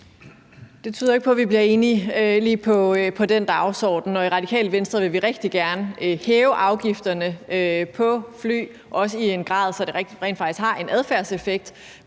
Det tyder ikke på, at vi bliver enige lige i forhold til den dagsorden. I Radikale Venstre vil vi rigtig gerne hæve afgifterne på fly, også i en grad, så det rent faktisk har en adfærdseffekt,